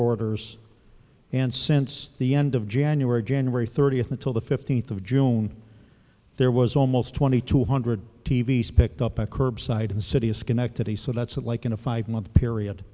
orders and since the end of january january thirtieth until the fifteenth of june there was almost twenty two hundred tv's picked up at curbside in the city of schenectady so that's like in a five month period